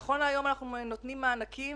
נכון להיום אנחנו נותנים מענקים,